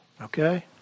Okay